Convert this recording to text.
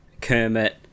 Kermit